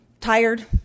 Tired